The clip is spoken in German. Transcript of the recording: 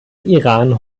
iran